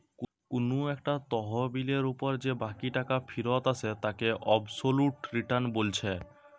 কুনু একটা তহবিলের উপর যে বাকি টাকা ফিরত আসে তাকে অবসোলুট রিটার্ন বলছে